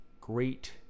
great